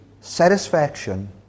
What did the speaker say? satisfaction